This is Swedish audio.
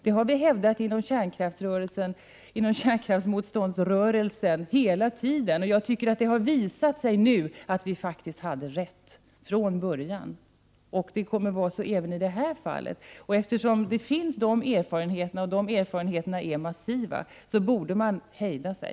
Det har vi hävdat inom kärnkraftsmotståndsrörelsen hela tiden. Det har visat sig att vi faktiskt hade rätt från början. Vi kommer att få rätt även i det här fallet. Med tanke på de massiva erfarenheter som har gjorts borde man hejda sig.